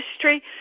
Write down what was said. history